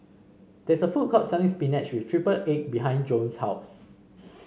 there is a food court selling spinach with triple egg behind Jones' house